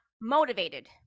motivated